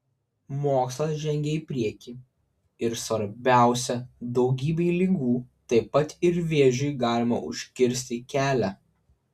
mokslas žengia į priekį ir svarbiausia daugybei ligų taip pat ir vėžiui galima užkirsti kelią